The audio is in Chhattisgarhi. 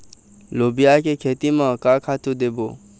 लोबिया के खेती म का खातू देबो?